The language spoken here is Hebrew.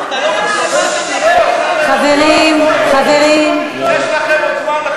אחרון הדוברים לפני ההצבעה.